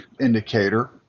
indicator